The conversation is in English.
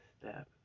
step